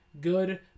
good